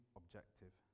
objective